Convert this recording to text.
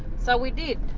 so we did.